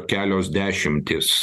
kelios dešimtys